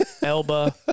Elba